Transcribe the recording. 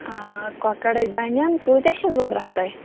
آ کۄکَر ہَے بَنن کۭتیاہ چھُو ضوٚرَتھ تۄہہِ